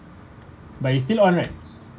but it still on right